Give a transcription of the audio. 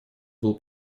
был